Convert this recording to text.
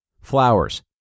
Flowers